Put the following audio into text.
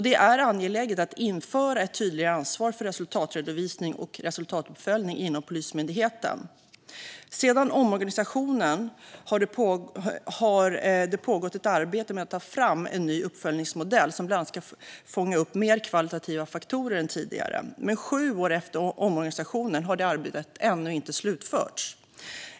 Det är angeläget att införa ett tydligare ansvar för resultatredovisning och resultatuppföljning inom Polismyndigheten. Sedan omorganisationen har det pågått arbete med att ta fram en ny uppföljningsmodell, som bland annat ska fånga upp mer kvalitativa faktorer än tidigare. Men sju år efter omorganisationen har det arbetet ännu inte slutförts.